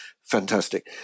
fantastic